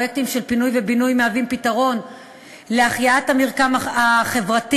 פרויקטים של פינוי ובינוי מהווים פתרון להחייאת המרקם החברתי,